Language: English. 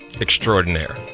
Extraordinaire